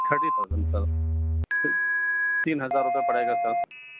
thirty thousand sir تین ہزار روپے پڑے گا سر